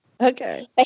Okay